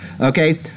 okay